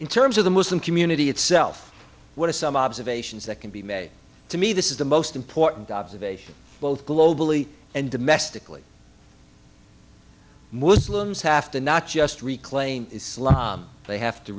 in terms of the muslim community itself what are some observations that can be made to me this is the most important observation both globally and domestically muslims have to not just reclaim salaam they have to